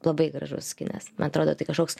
labai gražus kinas man atrodo tai kažkoks